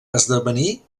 esdevenir